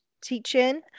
teaching